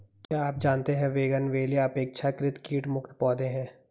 क्या आप जानते है बोगनवेलिया अपेक्षाकृत कीट मुक्त पौधे हैं?